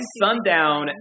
sundown